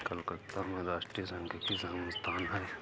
कलकत्ता में राष्ट्रीय सांख्यिकी संस्थान है